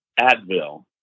Advil